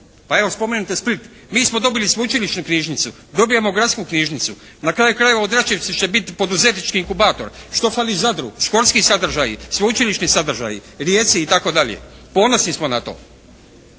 Pa evo, spomenut je Split. Mi smo dobili Sveučilišnu knjižnicu, dobivamo Gradsku knjižnicu. Na kraju krajeva …/Govornik se ne razumije./… će bit poduzetnički inkubator. Što fali Zadru? Športski sadržaji? Sveučilišni sadržaji? Rijeci itd.? Ponosni smo na to.